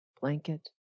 blanket